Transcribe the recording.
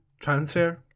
transfer